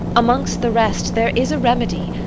amongst the rest there is a remedy,